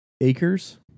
Acres